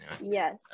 yes